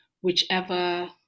whichever